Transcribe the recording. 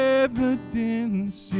evidence